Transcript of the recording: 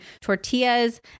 tortillas